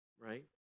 right